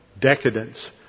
Decadence